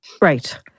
Right